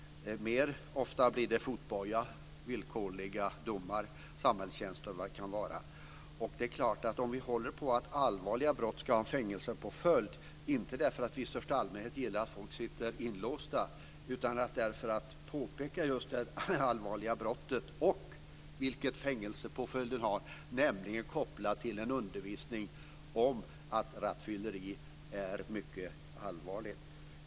Mer ofta blir det fotboja, villkorliga domar, samhällstjänst och vad det kan vara. Det är klart att allvarliga brott ska ha fängelsepåföljd, inte därför att vi i största allmänhet gillar att folk sitter inlåsta utan för att påpeka just det allvarliga i brottet och koppla fängelsestraffet till en undervisning om att rattfylleri är ett mycket allvarligt problem.